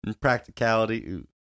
practicality